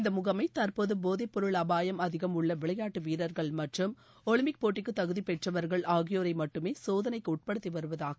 இந்த முகமை தற்போது போதைப் பொருள் அபாயம் அதிகம் உள்ள விளையாட்டு வீரர்கள் மற்றும் ஒலிம்பிக் போட்டிக்கு தகுதி பெற்றவர்கள் ஆகியோரை மட்டுமே சோதனைக்கு உட்படுத்தி வருவதாக